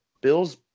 bills